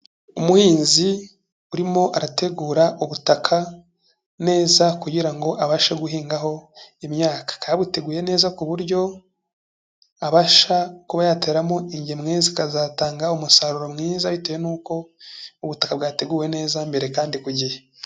Umuhinzi urimo arategura ubutaka neza kugira ngo abashe guhingaho imyaka. Akaba yabuteguye neza ku buryo abasha, kuba yateramo ingemwe zikazatanga umusaruro mwiza bitewe n'uko ubutaka bwateguwe neza mbere kandi ku gihe.